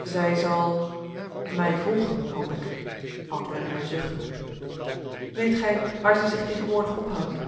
zij zal mij volgen hoop ik antwoordde hij zuchtende weet gij waar zij zich tegenwoordig ophoudt ik